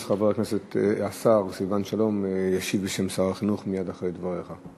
אז חבר הכנסת השר סילבן שלום ישיב בשם שר החינוך מייד אחרי דבריך.